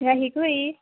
राखेको है